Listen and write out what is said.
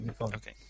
Okay